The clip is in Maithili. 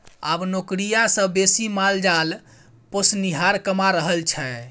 आब नौकरिया सँ बेसी माल जाल पोसनिहार कमा रहल छै